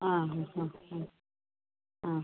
ആ ആ ആ ആ ആ